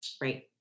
Right